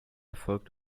erfolgt